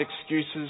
excuses